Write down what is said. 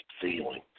feeling